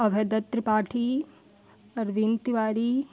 Abhay Dutt Tripathi Arvind Tiwari